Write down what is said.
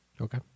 Okay